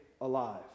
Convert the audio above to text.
alive